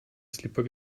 slipper